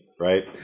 right